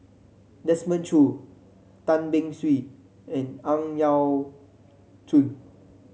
Desmond Choo Tan Beng Swee and Ang Yau Choon